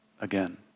again